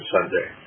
Sunday